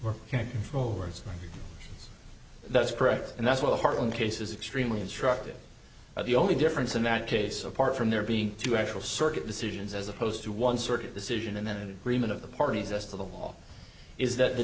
go can't control words that's correct and that's why the heart in cases extremely instructive that the only difference in that case apart from there being two actual circuit decisions as opposed to one circuit decision and then agreement of the parties us the law is that the